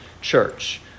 church